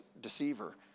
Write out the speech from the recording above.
deceiver